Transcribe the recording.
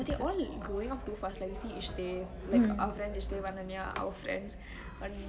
but they all growing up too fast like you see ishte like our friends ishte anonya our friends